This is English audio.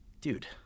Dude